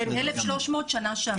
1,300 שנה שעברה, אוקיי.